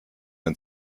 den